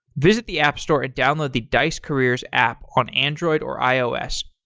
visit the app store and download the dice careers app on android or ios.